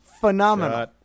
phenomenal